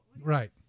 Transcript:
Right